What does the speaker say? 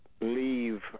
leave